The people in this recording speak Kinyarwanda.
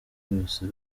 yose